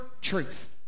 truth